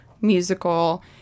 musical